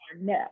No